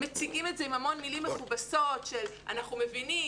מציגים את זה עם המון מילים מכובסות של: אנחנו מבינים,